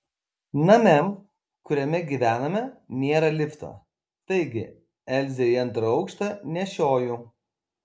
name kuriame gyvename nėra lifto taigi elzę į antrą aukštą nešioju